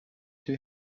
two